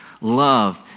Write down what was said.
love